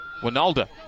Winalda